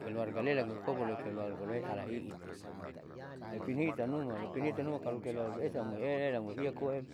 Keluarga lelan amkopu kelurga loi alahiiti nipihitam numa nipihitam numa kalo keluarga esa amoi e lamoi iya koa